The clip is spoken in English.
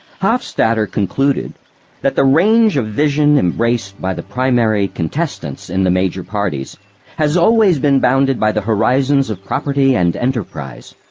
hofstadter concluded that the range of vision embraced by the primary contestants in the major parties has always been bounded by the horizons of property and enterprise.